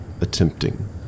attempting